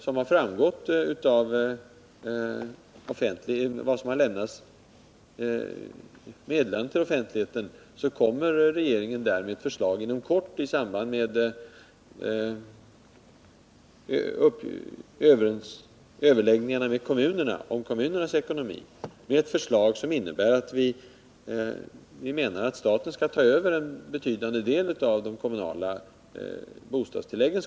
Som framgått av meddelanden från regeringen kommer regeringen inom kort med ett förslag som innebär att staten skall ta över en betydande del av kostnaderna för de kommunala bostadstilläggen.